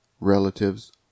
relatives